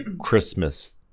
christmas